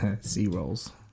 C-rolls